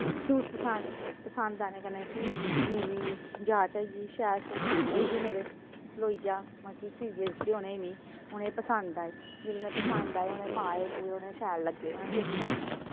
suit पस पसंद आने कन्नै कि मेरी जाच आई गेई शैल सूट होइये मेरे सलोइया मतलब सीयै दित्ते उनें मि उने पसंद आये जेल्लै उनें पसंद आये उनें पाये पुये उनें शैल लग्गे उनैं दिक्खेआ